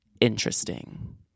interesting